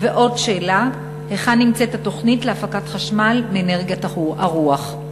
ועוד שאלה: היכן נמצאת התוכנית להפקת חשמל מאנרגיית הרוח?